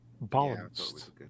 balanced